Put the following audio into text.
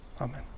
Amen